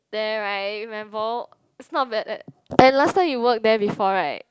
there right in my it's not bad at and last time you work there before right